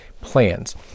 plans